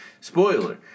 spoiler